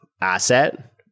asset